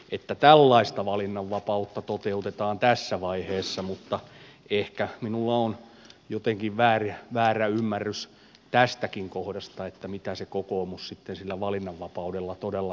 että tällaista valinnanvapautta toteutetaan tässä vaiheessa mutta ehkä minulla on jotenkin väärä ymmärrys tästäkin kohdasta mitä se kokoomus sitten sillä valinnanvapaudella todella tarkoittaakaan